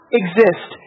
exist